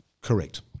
Correct